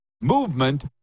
movement